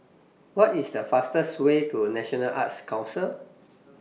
What IS The fastest Way to National Arts Council